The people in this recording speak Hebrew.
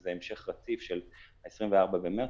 וזה המשך רציף של 24 במארס,